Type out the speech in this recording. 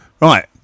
Right